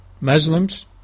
Muslims